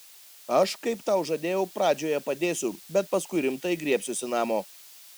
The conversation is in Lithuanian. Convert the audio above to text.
aš kaip tau žadėjau pradžioje padėsiu bet paskui rimtai griebsiuosi namo